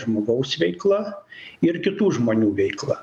žmogaus veikla ir kitų žmonių veiklą